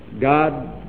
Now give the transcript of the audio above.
God